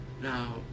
Now